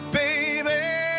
baby